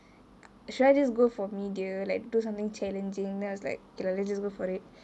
should I just go for media like do something challenging then I was like okay lah eligible for it